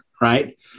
right